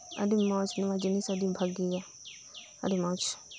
ᱟᱹᱰᱤ ᱢᱚᱡ ᱱᱚᱣᱟ ᱡᱤᱱᱤᱥ ᱟᱹᱰᱤ ᱵᱷᱟᱜᱤᱭᱟ ᱟᱹᱰᱤ ᱢᱚᱪ